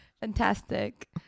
Fantastic